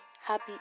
happy